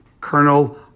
Colonel